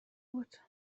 بود